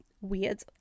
weird